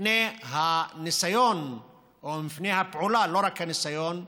מפני הניסיון או מפני הפעולה, לא רק הניסיון,